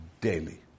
daily